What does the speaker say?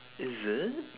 is it